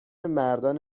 مردان